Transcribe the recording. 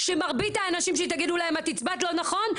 שמרבית הנשים שתגידו להן את הצבעת לא נכון,